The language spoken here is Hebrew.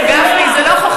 חבר הכנסת גפני, זו לא חוכמה,